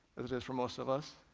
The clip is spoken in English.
as it is for most of us,